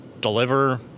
deliver